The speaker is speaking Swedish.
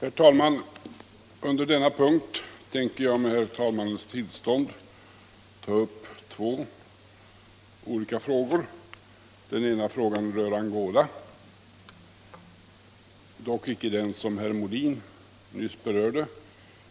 Herr talman! Under denna punkt tänker jag med herr talmannens tillstånd ta upp två olika frågor. Den ena frågan rör Angola. Det är dock icke samma spörsmål som herr Molin nyss berörde.